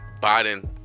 Biden